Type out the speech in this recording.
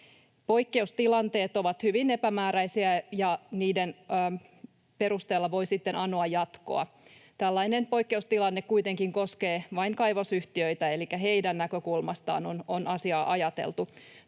Poikkeustilanteet ovat hyvin epämääräisiä, ja niiden perusteella voi sitten anoa jatkoa. Tällainen poikkeustilanne kuitenkin koskee vain kaivosyhtiöitä, elikkä heidän näkökulmastaan on asiaa ajateltu.